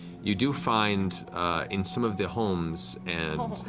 you do find in some of the homes and